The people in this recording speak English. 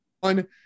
one